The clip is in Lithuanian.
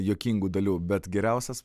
juokingų dalių bet geriausias